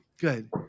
Good